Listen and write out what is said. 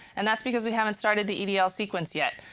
and that's because we haven't started the edl sequence yet,